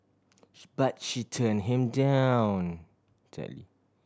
she but she turn him down